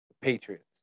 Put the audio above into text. Patriots